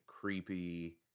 creepy